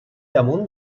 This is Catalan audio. damunt